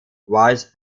vice